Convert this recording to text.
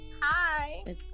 Hi